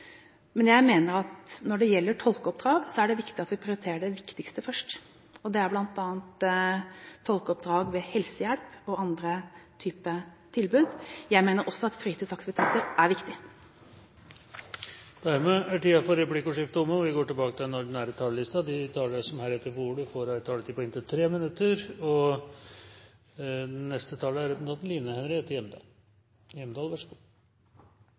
Men jeg mener at når det gjelder tolkeoppdrag, er det riktig at vi prioriterer det viktigste først, og det er bl.a. tolkeoppdrag ved helsehjelp og andre typer tilbud. Jeg mener også at fritidsaktiviteter er viktig. Replikkordskiftet er omme. De talere som heretter får ordet, har en taletid på inntil 3 minutter. Skal alle med, eller er det «dem» og «vi»? Å ta seg en sykkeltur og kjenne sommerbrisen i luggen en sen sommerkveld gir meg økt livskvalitet. At døvblinde skal fratas denne muligheten, synes jeg er